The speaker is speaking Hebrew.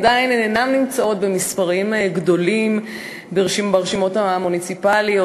עדיין הן אינן נמצאות במספרים גדולים ברשימות המוניציפליות,